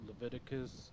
leviticus